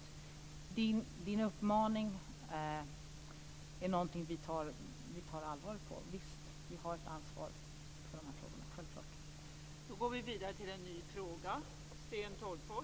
Men din uppmaning är någonting som vi tar allvarligt på. Visst, vi har självklart ett ansvar för dessa frågor.